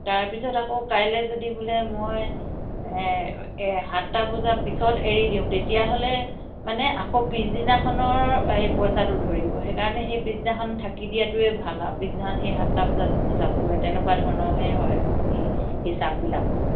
তাৰপিছত আকৌ কাইলৈ যদি বোলে মই এই সাতটা বজাৰ পিছত এৰি দিওঁ তেতিয়াহ'লে মানে আকৌ পিছদিনাখনৰ এই পইচাটো ধৰিব সেইকাৰণে সেই পিছদিনাখন থাকি দিয়টোৱে ভাল আৰু পিছদিনাখন সেই সাতটা বজাত যাবগৈ তেনেকুৱা ধৰণৰহে হয় সেই হিচাপবিলাক